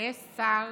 ויש שר